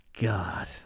god